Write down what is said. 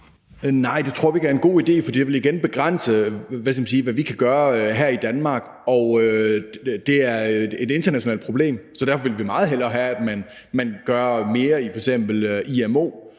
nej, det tror vi ikke er en god idé, for det vil igen begrænse, hvad vi kan gøre her i Danmark. Og det er et internationalt problem, så derfor ville vi meget hellere have, at man gør mere i f.eks. IMO,